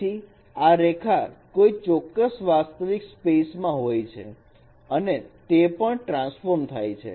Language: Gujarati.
તેથી આ રેખા કોઈ ચોક્કસ વાસ્તવિક સ્પેસ માં હોય છે અને તે પણ ટ્રાન્સફોર્મ થાય છે